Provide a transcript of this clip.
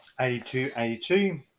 82-82